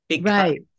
Right